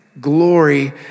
glory